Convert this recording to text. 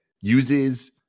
uses